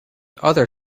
other